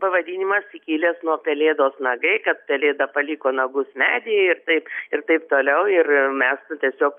pavadinimas kilęs nuo pelėdos nagai kad pelėda paliko nagus medyje ir taip ir taip toliau ir mes tiesiog